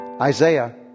Isaiah